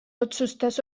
otsustas